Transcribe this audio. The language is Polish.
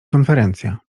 konferencja